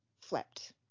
flipped